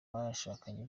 bashakanye